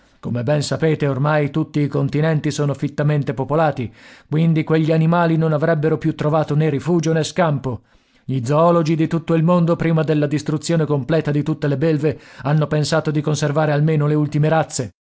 come ben sapete ormai tutti i continenti sono fittamente popolati quindi quegli animali non avrebbero più trovato né rifugio né scampo gli zoologi di tutto il mondo prima della distruzione completa di tutte le belve hanno pensato di conservare almeno le ultime razze